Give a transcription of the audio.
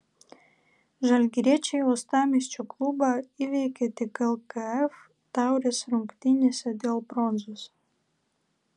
žalgiriečiai uostamiesčio klubą įveikė tik lkf taurės rungtynėse dėl bronzos